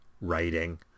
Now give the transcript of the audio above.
writing